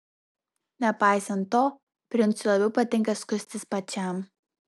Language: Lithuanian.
nepaisant to princui labiau patinka skustis pačiam